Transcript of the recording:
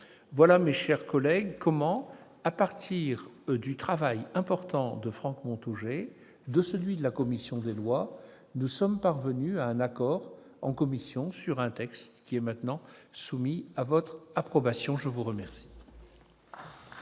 Voilà, mes chers collègues, comment, à partir du travail important de Franck Montaugé et de la commission des lois, nous sommes parvenus à un accord sur le texte maintenant soumis à votre approbation. La parole